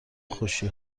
خوشی